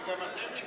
וגם אתם נגדי.